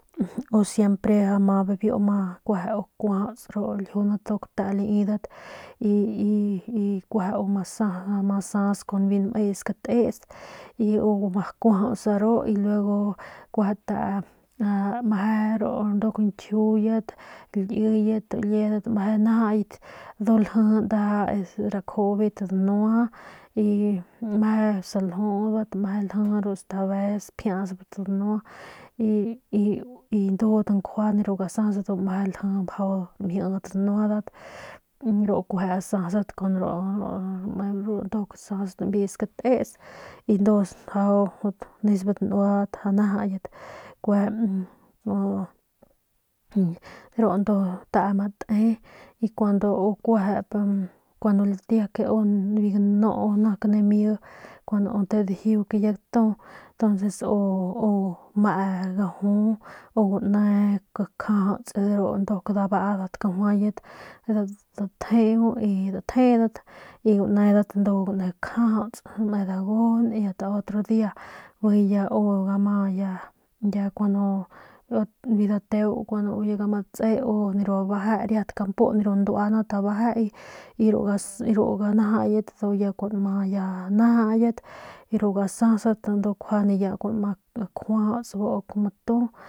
U siempre ma bibiu kueje kuajuts ru ljunat y kueje ma sas nme skatis.